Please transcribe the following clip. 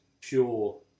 pure